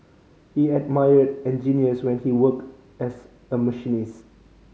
he admired engineers when he worked as a machinist